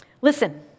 listen